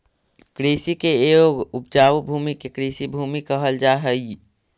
कृषि के योग्य उपजाऊ भूमि के कृषिभूमि कहल जा हई